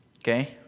okay